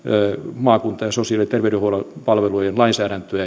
maakuntia ja sosiaali ja terveydenhuollon palveluja koskevaa lainsäädäntöä